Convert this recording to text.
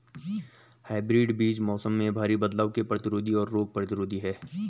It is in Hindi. हाइब्रिड बीज मौसम में भारी बदलाव के प्रतिरोधी और रोग प्रतिरोधी हैं